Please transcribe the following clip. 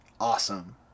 awesome